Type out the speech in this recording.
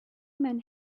men